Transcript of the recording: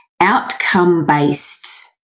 Outcome-based